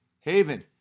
Haven